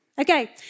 Okay